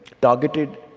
targeted